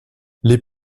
les